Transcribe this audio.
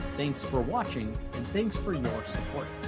thanks for watching and thanks for your support!